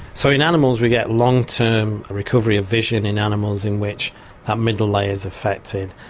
so in animals we get long term recovery of vision in animals in which that middle layer is affected.